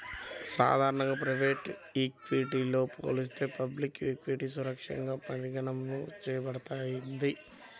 సాధారణంగా ప్రైవేట్ ఈక్విటీతో పోలిస్తే పబ్లిక్ ఈక్విటీ సురక్షితంగా పరిగణించబడుతుంది